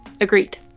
Agreed